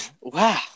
Wow